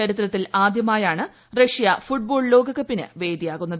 ചരിത്രത്തിൽ ആദ്യമായാണ് Russia football ലോകകപ്പിന് വേദിയാവുന്നത്